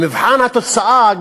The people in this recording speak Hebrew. במבחן התוצאה,